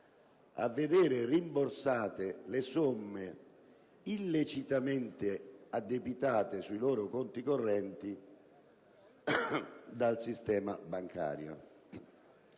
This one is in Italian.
a vedere rimborsate le somme illecitamente addebitate sui loro conti correnti dal sistema bancario.